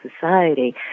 society